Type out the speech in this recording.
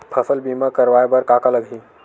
फसल बीमा करवाय बर का का लगही?